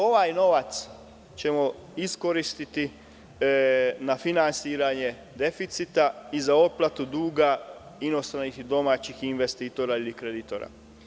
Ovaj novac ćemo iskoristiti na finansiranje deficita i za otplatu duga inostranih i domaćih investitora ili kreditora.